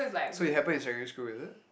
so it happens in primary school is it